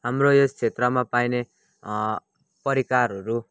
हाम्रो यस क्षेत्रमा पाइने परिकारहरू